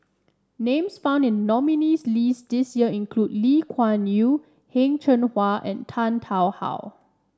names found in the nominees' list this year include Lee Kuan Yew Heng Cheng Hwa and Tan Tarn How